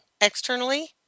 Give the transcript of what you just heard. externally